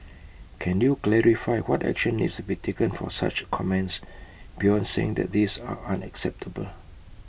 can you clarify what action needs to be taken for such comments beyond saying that these are unacceptable